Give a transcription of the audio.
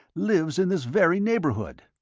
lives in this very neighbourhood!